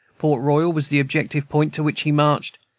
port royal was the objective point to which he marched,